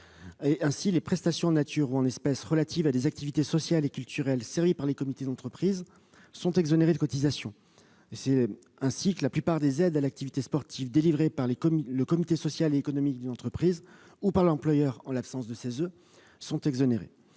Ainsi, les prestations en nature ou en espèces liées à des activités sociales et culturelles servies par les comités d'entreprise sont exonérées de cotisations. De ce fait, la plupart des aides à l'activité sportive délivrées par le comité social et économique d'une entreprise ou par l'employeur, en l'absence de comité, sont exonérées.